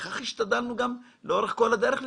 כך השתדלנו לאורך כל הדרך לפעול.